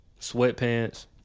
Sweatpants